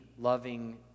loving